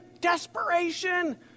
Desperation